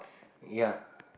ya